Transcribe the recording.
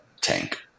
tank